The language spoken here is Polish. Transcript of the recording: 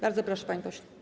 Bardzo proszę, panie pośle.